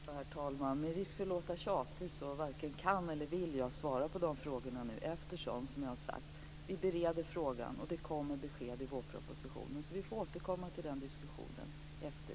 Herr talman! Med risk för att låta tjatig varken kan eller vill jag svara på de frågorna eftersom, som jag har sagt, vi bereder frågan. Det kommer besked i vårpropositionen. Vi får återkomma till diskussionen därefter.